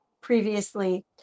previously